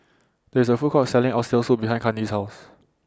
There IS A Food Court Selling Oxtail Soup behind Kandi's House